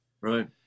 Right